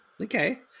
okay